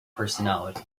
personality